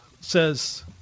says